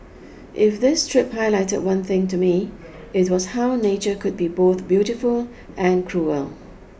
if this trip highlighted one thing to me it was how nature could be both beautiful and cruel